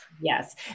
Yes